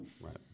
Right